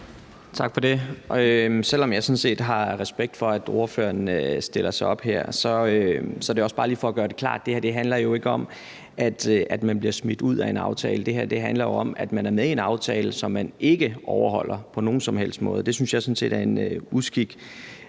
Tak for det. Selv om jeg sådan set har respekt for, at ordføreren stiller sig op her, vil jeg også bare lige gøre det klart, at det her jo ikke handler om, at man bliver smidt ud af en aftale. Det her handler jo om, at man er med i en aftale, som man ikke overholder på nogen som helst måde. Det synes jeg sådan set er en uskik.